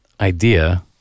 idea